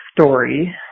story